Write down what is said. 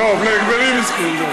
טוב, להגבלים עסקיים.